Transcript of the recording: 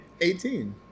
18